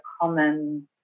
common